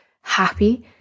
happy